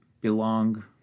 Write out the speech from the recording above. belong